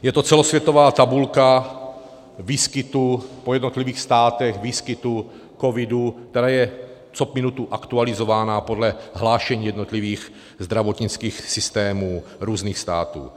Je to celosvětová tabulka výskytu po jednotlivých státech, výskytu covidu, která je co minutu aktualizována podle hlášení jednotlivých zdravotnických systémů různých států.